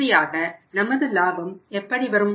இறுதியாக நமது லாபம் எப்படி வரும்